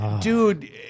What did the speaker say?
Dude